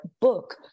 book